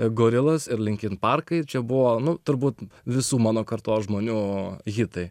gorillas ir linkin parkai čia buvo nu turbūt visų mano kartos žmonių hitai